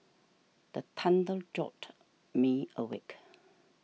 the thunder jolt me awake